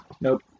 Nope